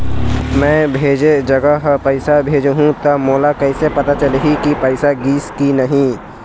मैं भेजे जगह पैसा भेजहूं त मोला कैसे पता चलही की पैसा गिस कि नहीं?